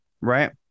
right